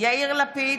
יאיר לפיד,